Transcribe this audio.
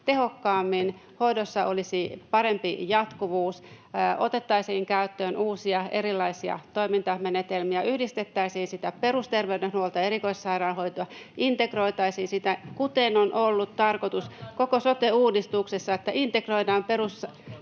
tehokkaammin, hoidossa olisi parempi jatkuvuus, otettaisiin käyttöön uusia, erilaisia toimintamenetelmiä, yhdistettäisiin sitä perusterveydenhuoltoa ja erikoissairaanhoitoa, integroitaisiin sitä, kuten on ollut tarkoitus koko sote-uudistuksessa, että integroidaan [Ilmari